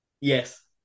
Yes